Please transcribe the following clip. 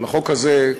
החוק הזה,